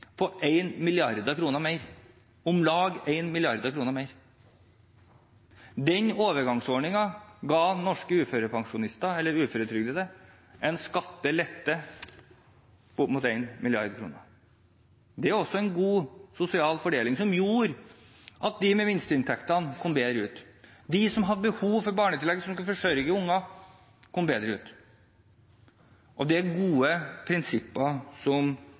på om lag 1 mrd. kr. Overgangsordningen ga norske uføretrygdede en skattelette på opp mot 1 mrd. kr. Det er også en god sosial fordeling, som gjorde at de med minsteinntektene kom bedre ut, og de som hadde behov for barnetillegg, som skal forsørge barn, kom bedre ut. Det er gode prinsipper som